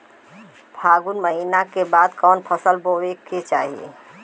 फागुन महीना के बाद कवन फसल बोए के चाही?